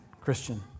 Christian